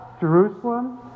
Jerusalem